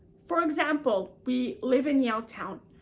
for example, we live in yaletown.